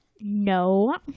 no